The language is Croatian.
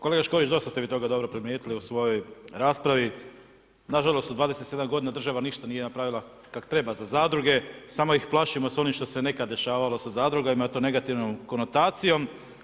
Kolega Škorić dosta ste vi toga dobro primijetili u svoj raspravni, nažalost u 27 godina država ništa nije napravila kak treba za zadruge, samo ih plašimo sa onim što se nekada dešavalo sa zadrugama i to negativnom konotacijom.